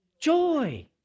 Joy